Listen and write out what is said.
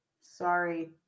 sorry